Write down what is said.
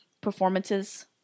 performances